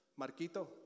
Marquito